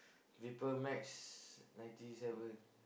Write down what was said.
viper max ninety seven